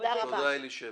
תודה, אלישבע.